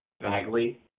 Bagley